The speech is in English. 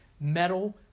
metal